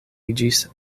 iĝis